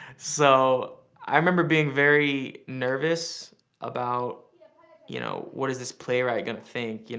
so i remember being very nervous about yeah you know what is this playwright going to think? you know